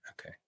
Okay